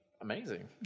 amazing